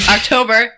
October